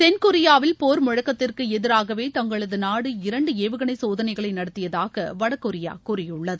தென்கொரியாவில் போர் முழக்கத்திற்கு எதிராகவே தங்களது நாடு இரண்டு ஏவுகனை சோதனைகளை நடத்தியதாக வடகொரியா கூறியுள்ளது